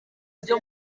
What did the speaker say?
byo